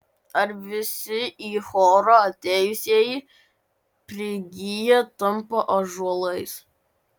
ar visi į chorą atėjusieji prigyja tampa ąžuolais